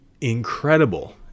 incredible